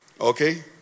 okay